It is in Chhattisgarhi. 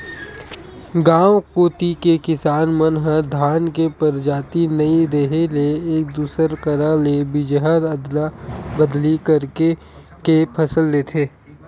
गांव कोती के किसान मन ह धान के परजाति नइ रेहे ले एक दूसर करा ले बीजहा अदला बदली करके के फसल लेथे